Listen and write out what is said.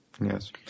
Yes